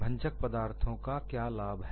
भंजक पदार्थ का लाभ क्या है